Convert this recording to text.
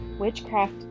Witchcraft